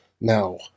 Now